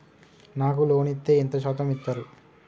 నాకు లోన్ ఇత్తే ఎంత శాతం ఇత్తరు?